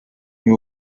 you